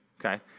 okay